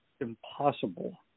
impossible